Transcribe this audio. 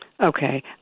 Okay